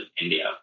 India